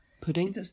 Pudding